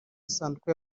isanduku